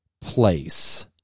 place